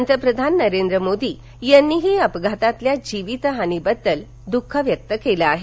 पंतप्रधान नरेंद्र मोदी यांनीही अपघातातल्या जीवित हानिबद्दल द्ःख व्यक्त केलं आहे